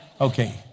Okay